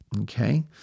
Okay